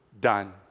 done